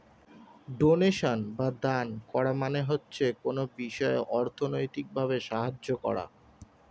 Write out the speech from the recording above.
donation বা দান করা মানে হচ্ছে কোনো বিষয়ে অর্থনৈতিক ভাবে সাহায্য করা